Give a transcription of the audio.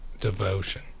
Devotion